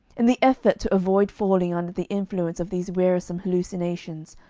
in the effort to avoid falling under the influence of these wearisome hallucinations,